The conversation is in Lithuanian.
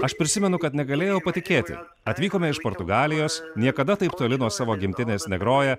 aš prisimenu kad negalėjau patikėti atvykome iš portugalijos niekada taip toli nuo savo gimtinės negroję